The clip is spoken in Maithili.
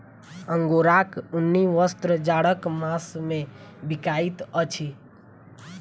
अंगोराक ऊनी वस्त्र जाड़क मास मे बिकाइत अछि